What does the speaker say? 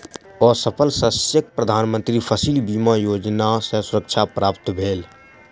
असफल शस्यक प्रधान मंत्री फसिल बीमा योजना सॅ सुरक्षा प्राप्त भेल